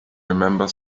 remember